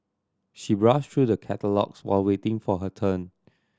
she browsed through the catalogues while waiting for her turn